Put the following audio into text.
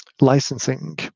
licensing